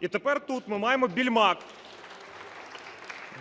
І тепер тут ми маємо Більмак.